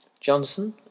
Johnson